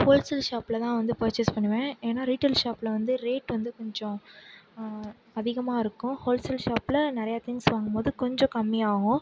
wholesale ஷாப்பில் தான் வந்து பர்சேஸ் பண்ணுவேன் ஏன்னா ரீடெயில் ஷாப்பில் வந்து ரேட் வந்து கொஞ்சம் அதிகமாக இருக்கும் ஹோல்சேல் ஷாப்பில் நிறையா திங்ஸ் வாங்கும்போது கொஞ்சம் கம்மியாகும்